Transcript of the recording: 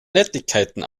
nettigkeiten